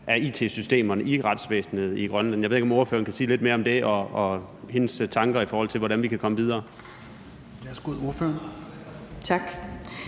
af it-systemerne i retsvæsenet i Grønland. Jeg ved ikke, om ordføreren kan sige lidt mere om det og om hendes tanker, i forhold til hvordan vi kan komme videre.